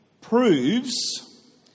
proves